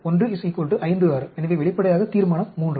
1 56 எனவே வெளிப்படையாக தீர்மானம் III